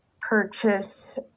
purchase